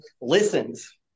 listens